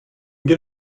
get